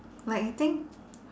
like I think